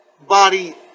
body